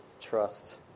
trust